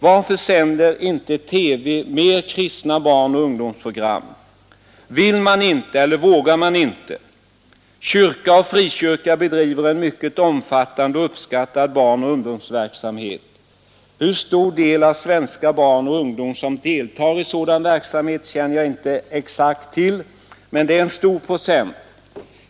Varför sänder inte TV fler kristna barnoch ungdomsprogram? Vill man inte eller vågar man inte? Kyrka och frikyrka bedriver en mycket omfattande och uppskattad barnoch ungdomsverksamhet. Hur stor del av Sveriges barn och ungdom som deltar i sådan verksamhet känner jag inte exakt till, men det är en stor procent.